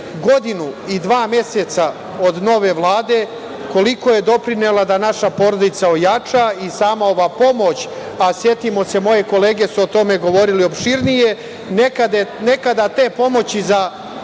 godinu i dva meseca od nove Vlade, koliko je doprinela da naša porodica ojača i sama ova pomoć, a setimo se moje kolege su o tome govorile opširnije, nekada te pomoći za